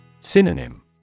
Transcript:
Synonym